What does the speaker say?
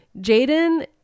Jaden